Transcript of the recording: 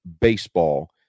baseball